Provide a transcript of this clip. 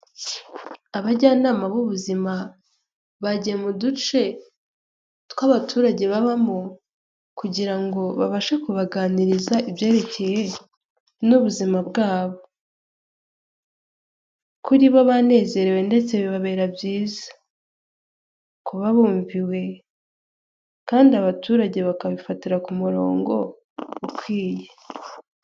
Abajyanama b'ubuzima bajya mu duce tw'abaturage babamo kugira ngo babashe kubaganiriza ibyerekeye n'ubuzima bwabo. Kuri bo banezerewe ndetse bibabera byiza. Kuba bumviwe kandi abaturage bakabifatira ku murongo ukwiye.